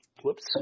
Whoops